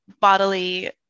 bodily